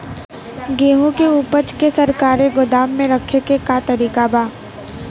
गेहूँ के ऊपज के सरकारी गोदाम मे रखे के का तरीका बा?